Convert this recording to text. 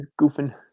Goofing